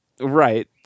Right